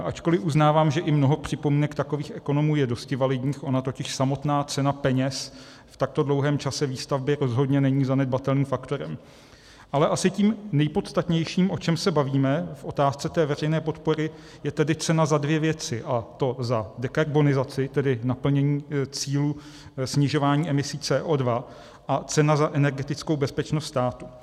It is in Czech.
Ačkoli uznávám, že i mnoho připomínek takových ekonomů je dosti validních, ona totiž samotná cena peněz v takto dlouhém čase výstavby rozhodně není zanedbatelným faktorem, ale asi tím nejpodstatnějším, o čem se bavíme v otázce té veřejné podpory, je tedy cena za dvě věci, a to za dekarbonizaci, tedy naplnění cílů snižování emisí CO2, a cena za energetickou bezpečnost státu.